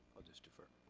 i'll just defer.